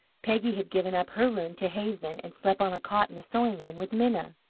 peggy had given up her room to hazen, and slept on a cot in the sewing room with minna.